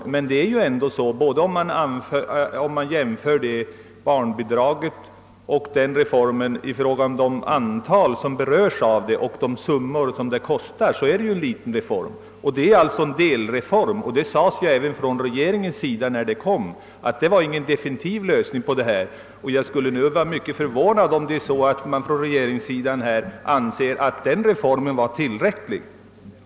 Om man tar hänsyn till det antal personer som berörs av reformen beträffande förstärkt stöd till barnfamiljer och till vad denna reform kostar .är det dock en liten reform —- en delreform. Från regeringens sida sades också då att det inte var fråga om en definitiv lösning. Jag skulle bli förvånad, om regeringen nu deklarerade att den anser att den reformen var tillräcklig.